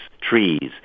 trees